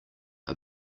are